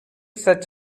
such